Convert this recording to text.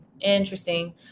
Interesting